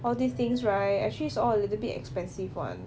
all these things right actually s~ all little bit expensive [one]